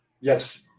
Yes